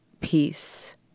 peace